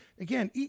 again